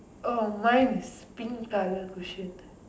oh mine is pink colour cushion